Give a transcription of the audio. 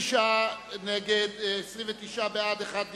59 נגד, 29 בעד, אחד נמנע.